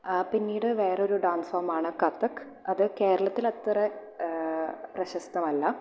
പിന്നീട് വേറെ ഒരു ഡാൻസ് ഫോമാണ് കഥക് അത് കേരളത്തിൽ അത്ര പ്രശസ്തമല്ല